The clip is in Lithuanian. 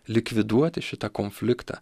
likviduoti šitą konfliktą